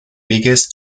biggest